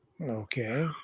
Okay